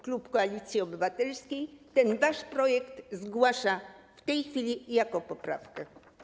Klub Koalicji Obywatelskiej ten wasz projekt zgłasza w tej chwili jako poprawkę.